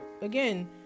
Again